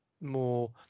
more